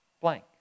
blank